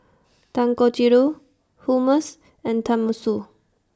Dangojiru Hummus and Tenmusu